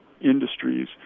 industries